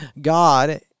God